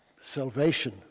salvation